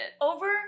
Over